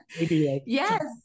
yes